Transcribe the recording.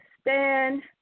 stand